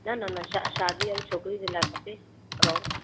न न न श शादी वारी छोकरी जे लाइ खपे रओ